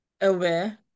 aware